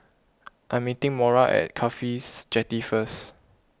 I am meeting Mora at Cafhi Jetty first